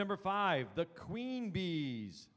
number five the queen bees